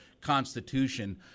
Constitution